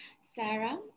Sarah